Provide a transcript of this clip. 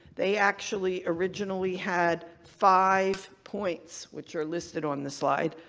they actually originally had five points which are listed on the slide,